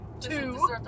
two